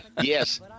Yes